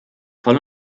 voll